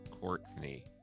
courtney